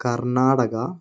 Karnataka